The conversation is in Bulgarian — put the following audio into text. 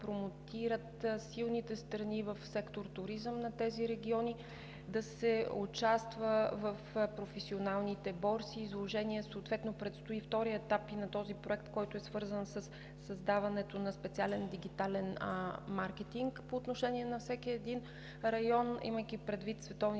промотират силните страни в сектор „Туризъм“ на тези региони, да се участва в професионалните борси и изложения. Съответно предстои втори етап и на този проект, свързан със създаването на специален дигитален маркетинг по отношение на всеки един район, имайки предвид световните